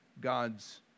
God's